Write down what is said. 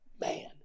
Man